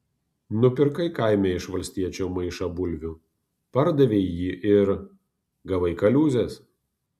nupirkai kaime iš valstiečio maišą bulvių pardavei jį ir gavai kaliūzės